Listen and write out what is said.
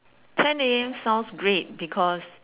ten A_M sounds great because